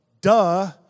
duh